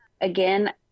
again